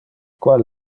qual